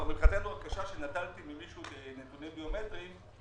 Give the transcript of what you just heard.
שנטלתי ממישהו נתונים ביומטריים,